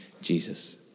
Jesus